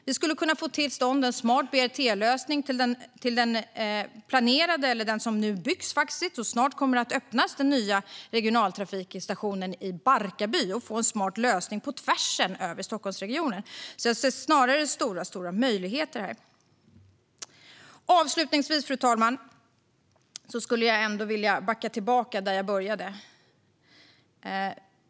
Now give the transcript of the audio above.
Vi skulle kunna få till stånd en smart BRT-lösning på tvären över Stockholmsregionen till den nya regionaltrafikstationen i Barkarby som nu byggs och snart kommer att öppnas. Jag ser snarare stora möjligheter här. Avslutningsvis, fru talman, vill jag backa tillbaka dit där jag började.